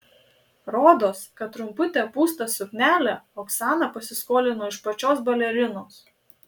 rodos kad trumputę pūstą suknelę oksana pasiskolino iš pačios balerinos